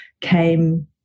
came